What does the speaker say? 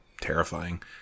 terrifying